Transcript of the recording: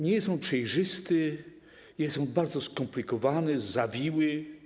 Nie jest on przejrzysty, jest bardzo skomplikowany, zawiły.